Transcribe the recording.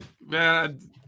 Man